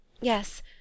Yes